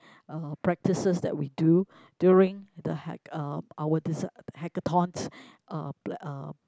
uh practices that we do during the hack uh our design Hacakatons uh pla~ uh